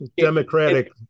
democratic